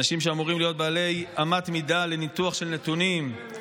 אנשים שאמורים להיות בעלי אמת מידה לניתוח של נתונים,